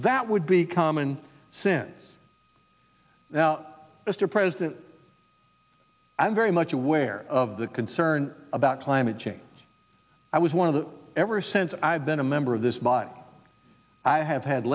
that would be common sense now mr president i'm very much aware of the concern about climate change i was one of the ever since i've been a member of this but i have had